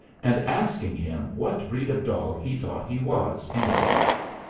and asking him what breed of dog he thought he was, anyway.